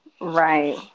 Right